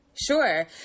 Sure